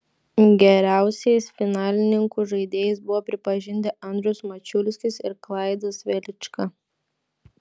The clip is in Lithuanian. geriausiais finalininkų žaidėjais buvo pripažinti andrius mačiulskis ir klaidas velička